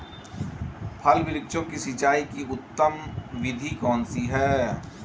फल वृक्षों की सिंचाई की उत्तम विधि कौन सी है?